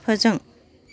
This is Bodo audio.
फोजों